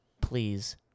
please